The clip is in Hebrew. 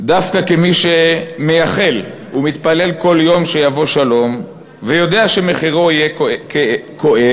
דווקא כמי שמייחל ומתפלל כל יום שיבוא שלום ויודע שמחירו יהיה כואב,